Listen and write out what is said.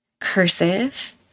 Cursive